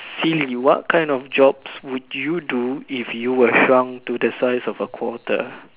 silly what kind of jobs would you do if you were shrunk to the size of quarter